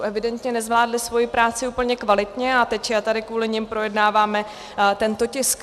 Evidentně nezvládli svoji práci úplně kvalitně a my teď tady kvůli nim projednáváme tento tisk.